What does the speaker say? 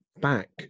back